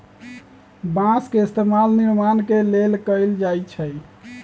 बास के इस्तेमाल निर्माण के लेल कएल जाई छई